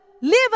live